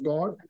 God